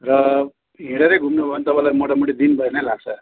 र हिँडेरै घुम्नु भयो भने मोटामोटी तपाईँलाई दिनभरि नै लाग्छ